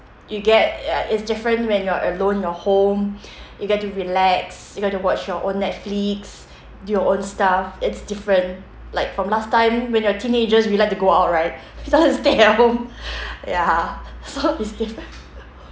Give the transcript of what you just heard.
you get ya it's different when you're alone in your home you get to relax you get to watch your own netflix do your own stuff it's different like from last time when you're teenagers we like to go out now is stay at home ya so it's different